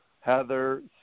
Heather